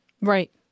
Right